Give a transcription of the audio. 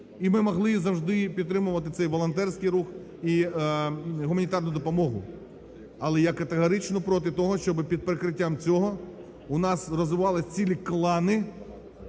і ми могли завжди підтримувати цей волонтерський рух і гуманітарну допомогу. Але я категорично проти того, щоби під прикриттям цього у нас розвивались цілі клани